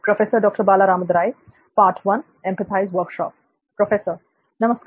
professor नमस्कार